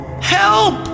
Help